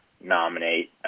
nominate